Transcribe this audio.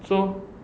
so